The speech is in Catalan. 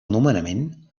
nomenament